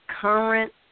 current